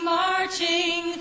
marching